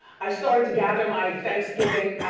i've started to gather my thanksgiving.